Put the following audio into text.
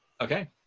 Okay